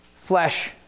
Flesh